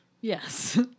Yes